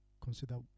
consider